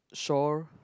shore